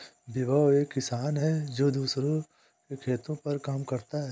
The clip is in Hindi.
विभव एक किसान है जो दूसरों के खेतो पर काम करता है